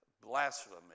blasphemy